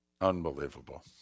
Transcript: Unbelievable